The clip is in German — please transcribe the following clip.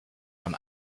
von